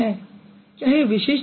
क्या यह विशिष्ट है